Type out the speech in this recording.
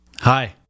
Hi